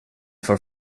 for